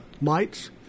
mites